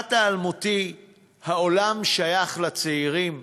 המשפט האלמותי "העולם שייך לצעירים"